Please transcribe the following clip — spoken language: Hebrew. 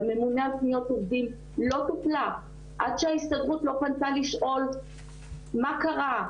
לממונה על פניות עובדים לא טופלה עד שההסתדרות לא פנתה לשאול מה קרה,